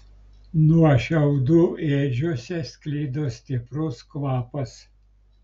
nuo šiaudų ėdžiose sklido stiprus kvapas